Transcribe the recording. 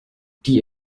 die